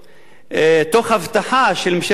תוך הבטחה של ממשלת ישראל,